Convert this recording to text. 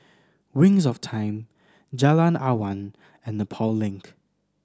Wings of Time Jalan Awan and Nepal Link